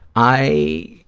i,